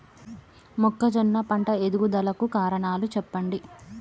మొక్కజొన్న పంట ఎదుగుదల కు కారణాలు చెప్పండి?